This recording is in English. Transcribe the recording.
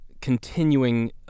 continuing